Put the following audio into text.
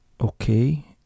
Okay